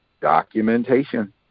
documentation